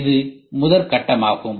இது முதற்கட்டம் ஆகும்